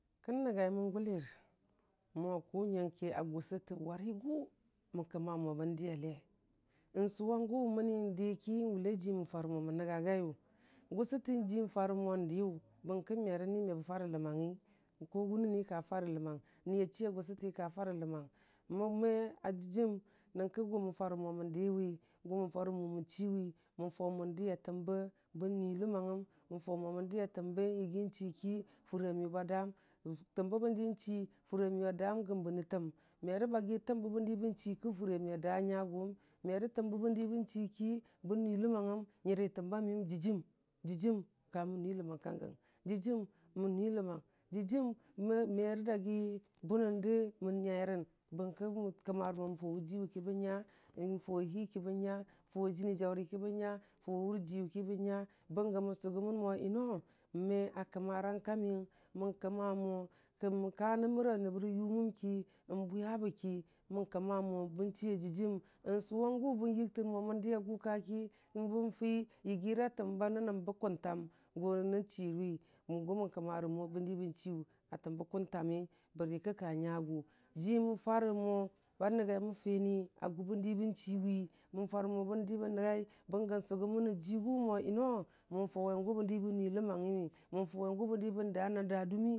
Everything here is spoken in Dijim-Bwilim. Kan nəngngai min guliyir mo a gʊsətə wərərigʊ mən kmmən mo bən diya le nswʊwəngu məni ndikyi wʊla jii mən farə mo bən ngə jiyu gʊsətə njii farə mo dəyʊ bərki merə nii me bə farə ləmangyi wʊnəni ka farə ləmang. Nii a chii a gʊsətii ka farə ləmang mo me a dəjim nənkə gu mən farə mo mən diwi, gʊmə farə mo mən chii wi, mən faʊ mo bən diya təmbə nyigiinchiki fʊr a məyʊ ba dəəng. Təmbə bəndii chii fʊri a məyʊ a dəəm gən bənə təm merə bagi təmbə bən dii bən chii kəfʊri a miyʊ a doə nyəgʊʊng merə boyi təmbə bən dii nchii ki bən nui ləmang ngəm nyərə təmbə miyəm ba dɨjiimemjɨjiim ka mən mwi ləmangkangəm. Dɨjiim mən nui ləmang. Dijiim merə dagi bʊnən də nyəirən, bərki mə kama, mo inda faʊ wu jii wʊki bən nya, mən fawe hii kən nya, fauwe jənijaʊrəki bən nya, faʊ wʊjirwʊki bən nya, bənga mən sʊgʊmən mo yinoo, me a kmmarənyka miyəng, mən kmməh mo kə mə ka mʊrə nəbbərə yʊmemki, nbʊyabəki mən kmməh mo bən chii a dəjim, nsʊwangʊ bən yiiktən mo bən diya gʊkaki bən fii yigərə təmbə nənəm bə kʊntam gʊnən chiiwi, ngʊ mən kmmərə mo bən di bən chiiyu a təmbə kʊntami, bərəki ka nyagʊ, jii mən farə mo ba nəngəimən finii a gʊbən dibən chiiwi, mən farə mo bən dibən nənɣi, bəngə nsʊgʊmən rə jigʊ mo yino mən fawegʊbən di bən nwi ləmangyi mən fawe gʊ bənda nan da dʊmi.